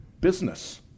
business